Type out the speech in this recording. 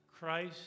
Christ